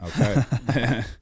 Okay